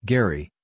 Gary